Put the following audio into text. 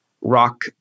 rock